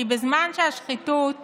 כי בזמן שהשחיתות